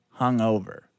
hungover